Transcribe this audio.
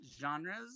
genres